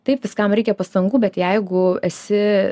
taip viskam reikia pastangų bet jeigu esi